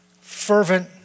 fervent